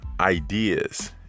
ideas